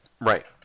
right